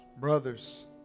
brothers